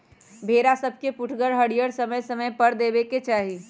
भेड़ा सभके पुठगर हरियरी समय समय पर देबेके चाहि